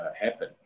happen